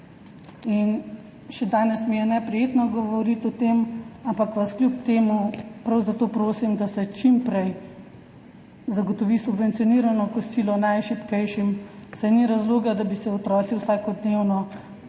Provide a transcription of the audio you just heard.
še danes mi je neprijetno govoriti o tem, ampak vas kljub temu prav zato prosim, da se čim prej zagotovi subvencionirano kosilo najšibkejšim, saj ni razloga, da bi se otroci vsakodnevno